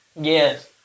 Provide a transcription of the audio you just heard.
Yes